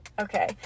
Okay